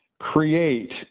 create